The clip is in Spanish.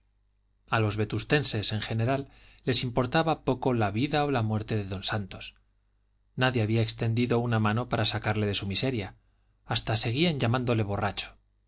a los vetustenses en general les importaba poco la vida o la muerte de don santos nadie había extendido una mano para sacarle de su miseria hasta seguían llamándole borracho